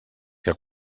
que